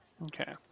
Okay